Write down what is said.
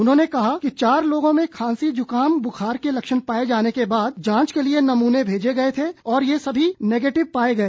उन्होंने कहा कि चार लोगों को खांसी जुखाम बुखार के लक्षण पाए जाने के बाद जांच के लिए नमूने भेजे गए थे और ये सभी नेगेटिव पाए गए